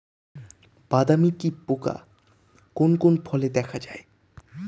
বাদামি কি পোকা কোন কোন ফলে দেখা যায়?